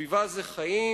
סביבה זה חיים,